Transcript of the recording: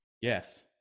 Yes